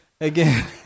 again